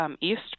East